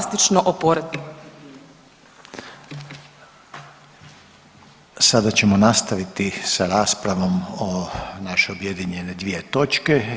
Sada ćemo nastaviti sa raspravom o naše objedinjene dvije točke.